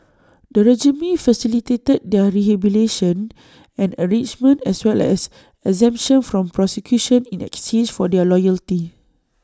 the regime facilitated their rehabilitation and enrichment as well as exemption from prosecution in exchange for their loyalty